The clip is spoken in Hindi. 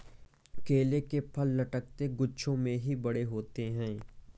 केले के फल लटकते गुच्छों में ही बड़े होते है